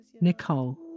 Nicole